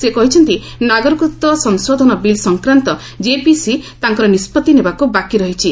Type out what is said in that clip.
ସେ କହିଛନ୍ତି ନାଗରିକତ୍ୱ ସଂଶୋଧନ ବିଲ୍ ସଂକ୍ରାନ୍ତ କେପିସି ତାଙ୍କର ନିଷ୍କତ୍ତି ନେବାକୁ ବାକି ରହିଛି